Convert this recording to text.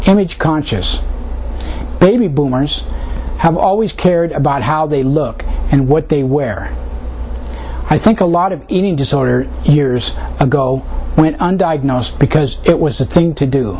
image conscious baby boomers have always cared about how they look and what they wear i think a lot of eating disorder years ago went undiagnosed because it was the thing to do